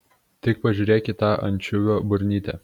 tik pažiūrėk į tą ančiuvio burnytę